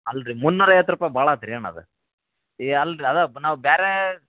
ಅಲ್ಲರಿ ಮುನ್ನೂರು ಐವತ್ತು ರೂಪಾಯಿ ಭಾಳ ಆತು ರೀ ಅಣ್ಣ ಅದು ಏ ಅಲ್ಲರಿ ಅದು ನಾವು ಬೇರೆ